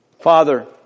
Father